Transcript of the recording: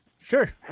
sure